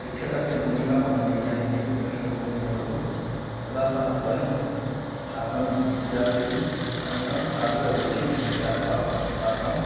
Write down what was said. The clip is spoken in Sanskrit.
शिक्षकस्य भूमिका मनोवैज्ञानिकी पृष्ठभूमिः भवतु तदा सः स्वयं छात्रं ज्ञास्यति अनन्तरं छात्ररुचिं ज्ञात्वा छात्रम्